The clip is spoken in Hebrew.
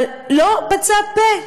אבל הוא לא פצה פה,